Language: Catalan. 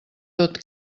tot